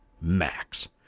max